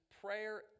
prayer